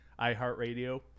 iHeartRadio